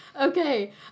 Okay